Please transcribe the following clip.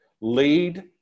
Lead